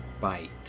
bite